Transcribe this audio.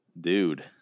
dude